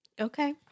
Okay